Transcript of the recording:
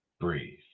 Breathe